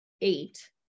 eight